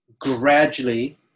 gradually